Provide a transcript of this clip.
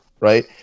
Right